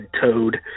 toad